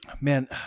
man